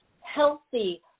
healthy